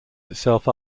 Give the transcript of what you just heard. itself